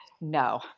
No